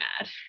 mad